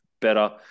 better